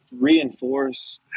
reinforce